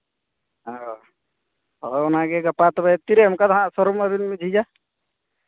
ᱦᱳᱭ ᱦᱳᱭ ᱚᱱᱟ ᱜᱮ ᱜᱟᱯᱟ ᱛᱚᱵᱮ ᱛᱤᱨᱮ ᱚᱱᱠᱟ ᱫᱚ ᱱᱟᱦᱟᱜ ᱥᱳᱨᱩᱢ ᱟᱹᱵᱤᱱ ᱵᱤᱱ ᱡᱷᱤᱡᱟ